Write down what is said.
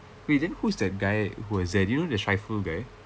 wait then who's that guy who has it you know the shaiful guy